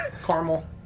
Caramel